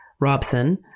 Robson